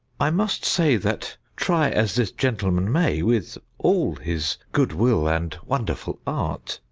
i must say that try as this gentleman may, with all his good will and wonderful art,